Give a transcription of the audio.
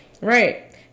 Right